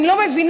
אני לא מבינה,